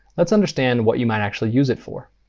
let's understand what you might actually use it for.